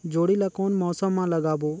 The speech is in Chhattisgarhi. जोणी ला कोन मौसम मा लगाबो?